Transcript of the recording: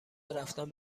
رفتن